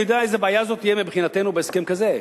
אני יודע איזו בעיה זאת תהיה מבחינתנו בהסכם כזה?